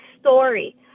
story